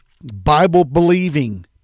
Bible-believing